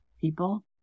people